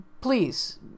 please